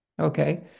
Okay